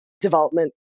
development